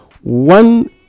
one